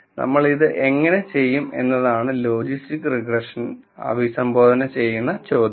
അതിനാൽ നമ്മൾ ഇത് എങ്ങനെ ചെയ്യും എന്നതാണ് ലോജിസ്റ്റിക്സ് റിഗ്രഷൻ അഭിസംബോധന ചെയ്യുന്ന ചോദ്യം